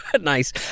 nice